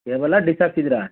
ಕೇಬಲಾ dish ಹಾಕ್ಸಿದ್ದೀರಾ